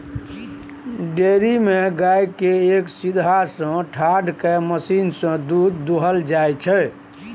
dairy मे गाय केँ एक सीधहा सँ ठाढ़ कए मशीन सँ दुध दुहल जाइ छै